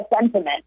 sentiment